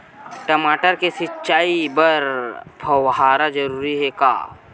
टमाटर के सिंचाई बर फव्वारा जरूरी हे का?